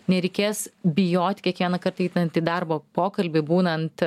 nereikės bijoti kiekvieną kartą einantį darbo pokalbį būnant